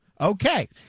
Okay